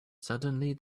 suddenly